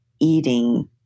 eating